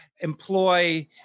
employ